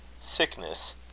Sickness